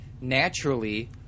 naturally